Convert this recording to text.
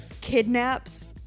kidnaps